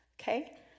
okay